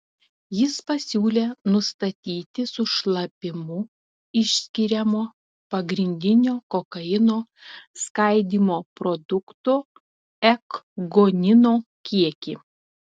jis pasiūlė nustatyti su šlapimu išskiriamo pagrindinio kokaino skaidymo produkto ekgonino kiekį